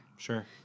Sure